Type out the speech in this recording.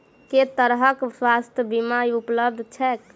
केँ तरहक स्वास्थ्य बीमा उपलब्ध छैक?